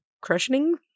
crushing